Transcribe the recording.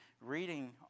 reading